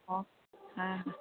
ହଁ